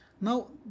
Now